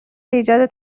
ایجاد